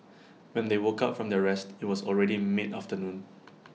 when they woke up from their rest IT was already mid afternoon